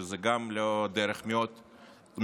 שזו גם לא דרך מאוד מקובלת,